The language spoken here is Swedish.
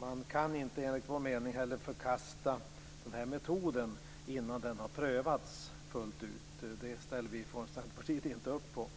Man kan inte heller, enligt vår mening, förkasta den här metoden innan den har prövats fullt ut. Det ställer vi från Centerpartiet inte upp på.